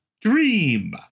Dream